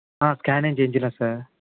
scanning చేయించలేదు sir